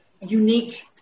unique